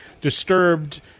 Disturbed